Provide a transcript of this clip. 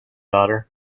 daughter